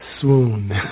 swoon